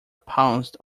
pounced